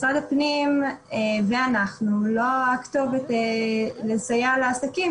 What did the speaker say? משרד הפנים ואנחנו לא הכתובת לסייע לעסקים